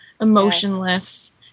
emotionless